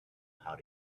how